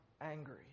angry